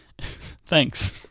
thanks